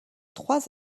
trois